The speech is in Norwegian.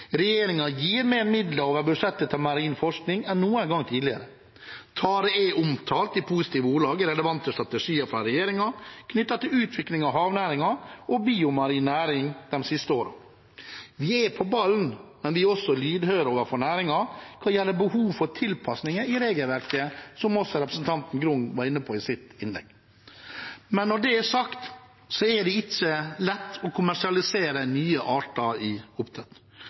gir mer midler over budsjettet til marin forskning enn noen gang tidligere. Tare er omtalt i positive ordelag i relevante strategier fra regjeringen knyttet til utvikling av havnæringen og biomarin næring de siste årene. Vi er på ballen, men vi er også lydhøre overfor næringen hva gjelder behov for tilpasninger i regelverket, som også representanten Grung var inne på i sitt innlegg. Men når det er sagt, er det ikke lett å kommersialisere nye arter i oppdrett.